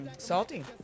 salty